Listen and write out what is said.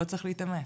לא צריך להתאמץ.